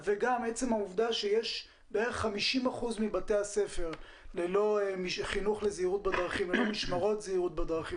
גם עצם העובדה שיש בערך 50 אחוזים מבתי הספר ללא משמרות זהירות בדרכים